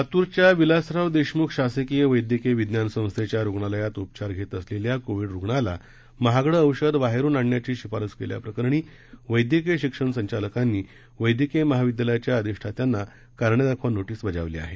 लातूरच्या विलासराव देशमुख शासकीय वैद्यकीय विज्ञान संस्थेच्या रुग्णालयात उपचार घेत असलेल्या कोव्हीड रुग्णाला महागडं औषध बाहेरून आण्याची शिफारस केल्याप्रकरणी वैद्यकीय शिक्षण संचालकांनी वैद्यकीय महाविद्यालयाच्या अधिष्ठात्यांना कारणे दाखवा नोटीस बजावली आहे